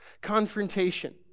Confrontation